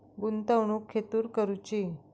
गुंतवणुक खेतुर करूची?